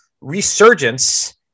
resurgence